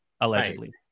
allegedly